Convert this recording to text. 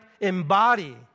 embody